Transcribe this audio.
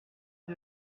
rue